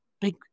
big